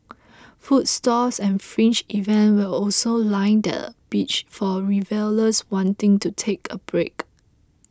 food stalls and fringe events will also line the beach for revellers wanting to take a break